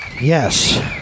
Yes